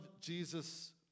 Jesus